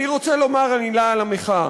אני רוצה לומר מילה על המחאה.